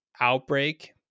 outbreak